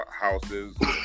houses